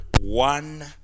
one